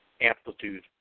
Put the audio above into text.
amplitude